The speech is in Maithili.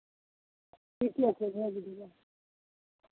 ठीके छै भेज देबह